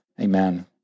Amen